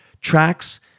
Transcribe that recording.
Tracks